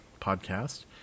podcast